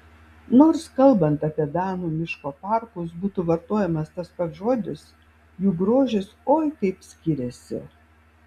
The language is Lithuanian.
nors kalbant apie danų miško parkus būtų vartojamas tas pats žodis jų grožis oi kaip skiriasi